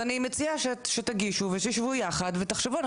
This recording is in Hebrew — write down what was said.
אני מציעה שתגישו ושתשבו יחד ותחשבו.